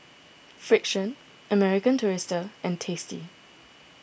Frixion American Tourister and Tasty